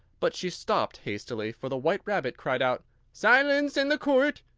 but she stopped hastily, for the white rabbit cried out silence in the court!